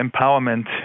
empowerment